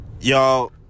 Y'all